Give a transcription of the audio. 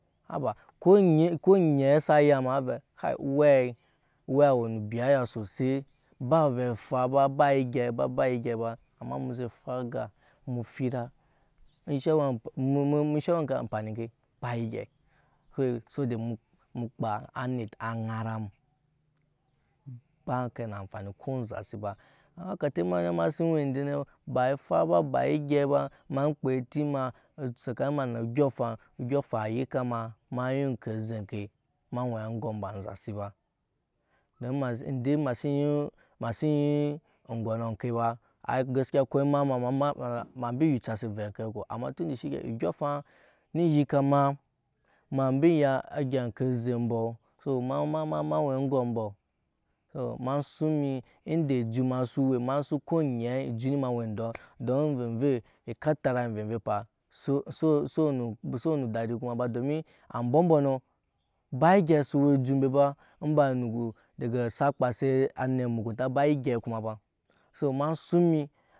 Haba ko onƴɛ sa ya ma avɛ owɛi owe a we nu biyya sosai be ovɛ afa ba ba egei ba ba egei ba amma emu ze fwa mu fira enshe we ampani yke ba egyei kew sobo de mu mu kpaa anit aŋara mu ba enke na ampani ko enzasi ba amma kete ema ne ma si we ende ne ba fwa ba egei ba ma kpaa eti ma saka ni nu odyɔ afaŋ odyɔŋ afay a yike ama ema yu eŋke oze ŋke ema we aŋgɔm ba ezasi ba de ama si ya ŋgomɔ oŋke ba a gaskiya ko ema ma ema mi yucase ovɛ ŋke ko amma tunda ehike oduɔŋ afaŋ eni yike ama ema ma we aŋgm mbo so ema suŋ mi ende ejut ma si we ema suŋ ko onyɛɛ ejut eni ma ewe ndɔɔ don amve vei ekatara amve vei fa so we nu dadu kuma domin ambɔ mbɔnɔ ba egei se we ejut mbe ba emba dege asakpa se nee emugunta ba egei kuma so ema suŋ emi.